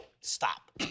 stop